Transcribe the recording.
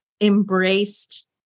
embraced